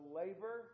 labor